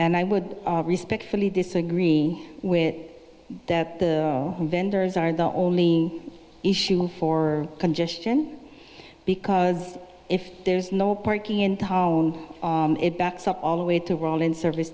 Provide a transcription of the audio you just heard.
and i would respectfully disagree with that the vendors are the only issue for congestion because if there's no parking in it backs up all the way to roll in service